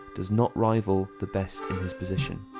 does not rival the best in his position.